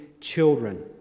children